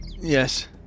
Yes